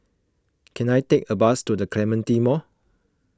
can I take a bus to the Clementi Mall